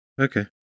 Okay